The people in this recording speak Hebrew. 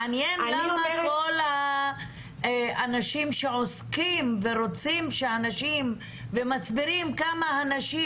מעניין למה כל האנשים שעוסקים ורוצים ומסבירים כמה הנשים